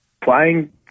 playing